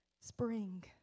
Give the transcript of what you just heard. Spring